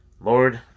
Lord